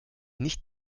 nicht